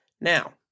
Now